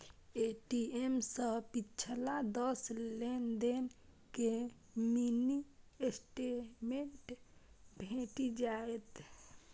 ATM सं पिछला दस लेनदेन के मिनी स्टेटमेंट भेटि जायत